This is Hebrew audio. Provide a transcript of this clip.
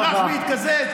ברח והתקזז?